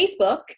Facebook